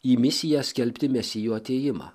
į misiją skelbti mesijo atėjimą